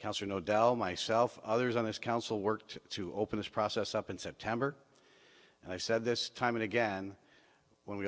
kauser no del myself others on this council worked to open this process up in september and i've said this time and again when we